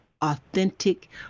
authentic